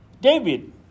David